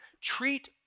treat